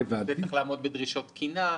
שצריך לעמוד בדרישות תקינה,